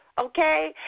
Okay